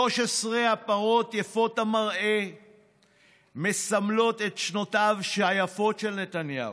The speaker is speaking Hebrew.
13 הפרות יפות המראה מסמלות את שנותיו היפות של נתניהו.